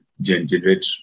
generate